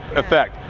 effect.